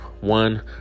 One